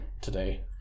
today